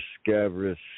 scabrous